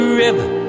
river